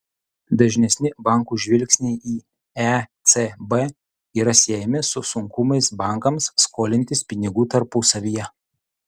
dažnesni bankų žvilgsniai į ecb yra siejami su sunkumais bankams skolintis pinigų tarpusavyje